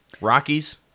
Rockies